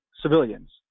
civilians